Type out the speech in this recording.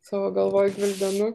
savo galvoj gvildenu